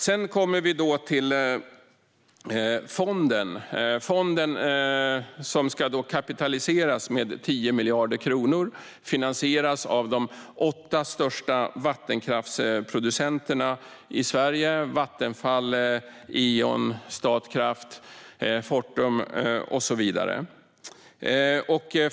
Sedan kommer vi då till fonden, som ska kapitaliseras med 10 miljarder kronor och finansieras av de åtta största vattenkraftsproducenterna i Sverige: Vattenfall, Eon, Statkraft, Fortum och så vidare.